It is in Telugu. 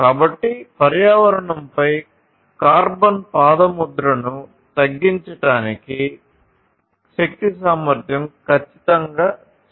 కాబట్టి పర్యావరణంపై కార్బన్ పాదముద్రను తగ్గించడానికి శక్తి సామర్థ్యం ఖచ్చితంగా చాలా ముఖ్యం